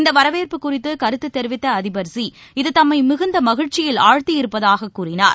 இந்த வரவேற்பு குறித்து கருத்து தெரிவித்த அதிபர் ஸீ இது தம்மை மிகுந்த மகிழ்ச்சியில் ஆழ்த்தியிருப்பதாக கூறினார்